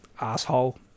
asshole